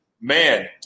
Man